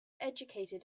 educated